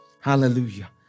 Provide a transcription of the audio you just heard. Hallelujah